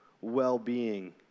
well-being